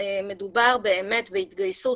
מדובר באמת בהתגייסות.